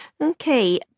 Okay